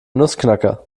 nussknacker